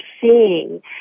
seeing